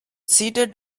seated